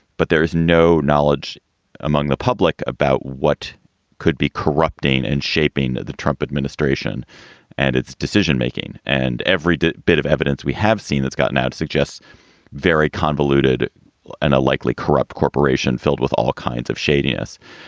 but there is no knowledge among the public about what could be corrupting and shaping the trump administration and its decision making. and every bit bit of evidence we have seen that's gotten out suggests very convoluted and a likely corrupt corporation filled with all kinds of shady us.